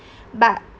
but